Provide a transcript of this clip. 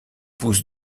pouces